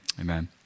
Amen